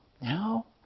now